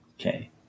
okay